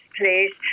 please